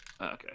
Okay